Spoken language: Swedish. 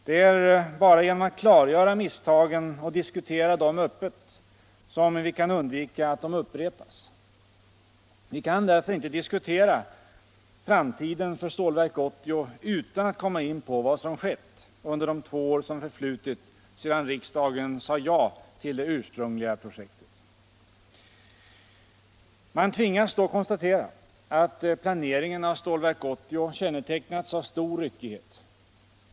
Det är bara genom att klargöra misstagen och diskutera dem öppet som vi kan undvika att de upprepas. Vi kan därför inte diskutera framtiden för Stålverk 80 utan att komma in på vad som skett under de två år som förflutit sedan riksdagen sade ja till det ursprungliga projektet. Man tvingas då konstatera att planeringen av Stålverk 80 kännetecknas av stor ryckighet.